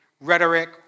rhetoric